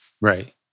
Right